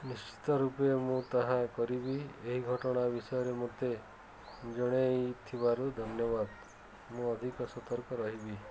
ନିଶ୍ଚିତ ରୂପେ ମୁଁ ତାହା କରିବି ଏହି ଘଟଣା ବିଷୟରେ ମୋତେ ଜଣେଇଥିବାରୁ ଧନ୍ୟବାଦ ମୁଁ ଅଧିକ ସତର୍କ ରହିବି